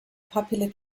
popular